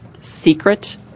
secret